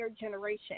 generation